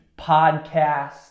podcast